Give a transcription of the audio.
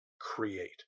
create